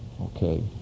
Okay